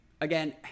Again